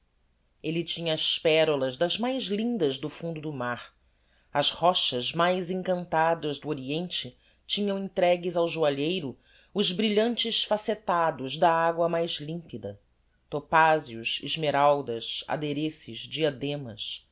elle tinha as pérolas das mais lindas do fundo do mar as rochas mais encantadas do oriente tinham entregues ao joalheiro os brilhantes facetados da agua mais limpida topazios esmeraldas adereces diademas